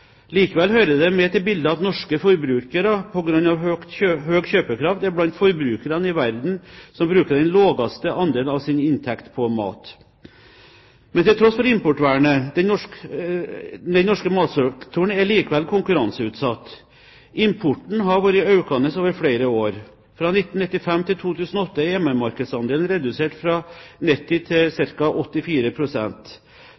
Likevel hører det med til bildet at norske forbrukere på grunn av høy kjøpekraft er blant forbrukerne i verden som bruker den laveste andelen av sin inntekt på mat. Til tross for importvernet er den norske matsektoren konkurranseutsatt. Importen har vært økende over flere år. Fra 1995 til 2008 er hjemmemarkedsandelen redusert fra 90 pst. til